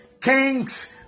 kings